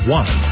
one